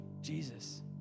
Jesus